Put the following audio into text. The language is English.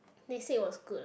they said it was good lah